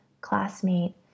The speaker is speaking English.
Classmate